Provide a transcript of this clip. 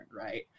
right